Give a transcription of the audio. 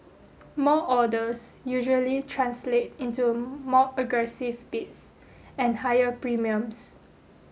more orders usually translate into more aggressive bids and higher premiums